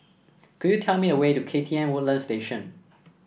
could you tell me the way to K T M Woodlands Station